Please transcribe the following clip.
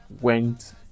went